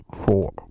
four